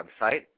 website